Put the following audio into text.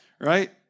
right